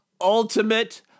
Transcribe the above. ultimate